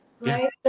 right